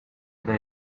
they